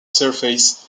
surface